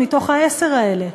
מהעשר האלה,